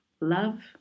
Love